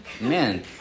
Man